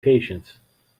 patience